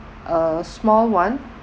a small [one]